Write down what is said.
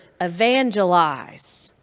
evangelize